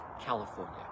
California